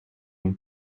een